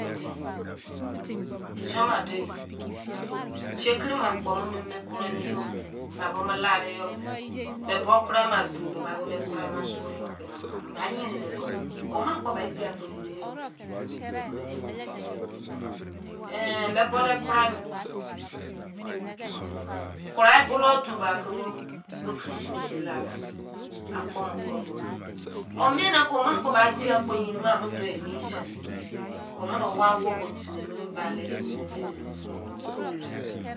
Ok, izon ma ado e, tekiri me akpo me kiu emi-yo me a bo me lade yom, me bo kurai dowu bo ba me kruai ma su-you ba yerin ne ku, wo mene kpo ba ebi akpo yerin mene you numughan ehn me bo de kruai me, kruaiblu do ba kobo boichrismasi la me akpo me kni bo me o mien ke owu mene ni kpo ba ebi i akpo yerin me o mo do emi se wo mene wa wobo timi mu embale timi ne ke wa wobo wo mene